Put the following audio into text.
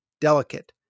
delicate